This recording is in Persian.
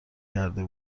کرده